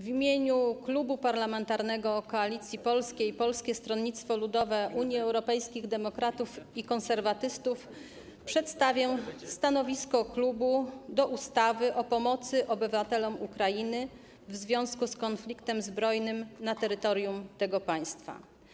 W imieniu Klubu Parlamentarnego Koalicja Polska - Polskie Stronnictwo Ludowe, Unia Europejskich Demokratów, Konserwatyści przedstawię stanowisko klubu wobec projektu ustawy o pomocy obywatelom Ukrainy w związku z konfliktem zbrojnym na terytorium tego państwa.